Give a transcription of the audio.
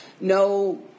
no